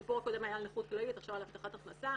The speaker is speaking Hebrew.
הסיפור הקודם היה על נכות כללית עכשיו זה על הבטחת הכנסה.